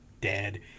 dead